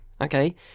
Okay